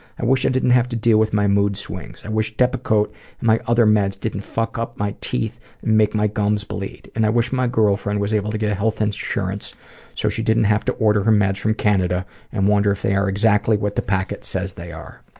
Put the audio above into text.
i wish i didn't have to deal with my mood swings. i wish depakote and my other meds didn't fuck up my teeth and make my gums bleed. and i wish my girlfriend was able to get health insurance so she didn't have to order her meds from canada and wonder if they are exactly what the packet says they are.